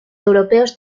europeos